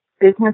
business